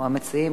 או המציעים,